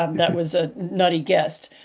um that was a nutty guest.